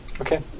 Okay